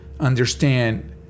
understand